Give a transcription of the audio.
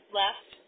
left